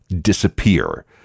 disappear